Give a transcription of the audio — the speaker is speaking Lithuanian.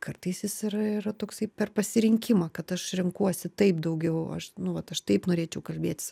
kartais jis yra yra toksai per pasirinkimą kad aš renkuosi taip daugiau aš nu vat aš taip norėčiau kalbėtis